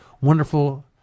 wonderful